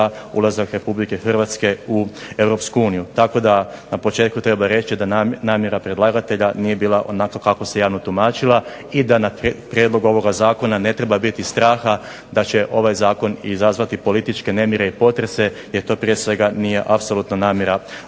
ulazak Republike Hrvatske u Europsku uniju. Tako na početku treba reći da namjera predlagatelja nije bila onako kako se javno tumačila i da na Prijedlog zakona ne treba biti straha da će ovaj Zakon izazvati političke nemire i potrese jer to prije svega nije apsolutno namjera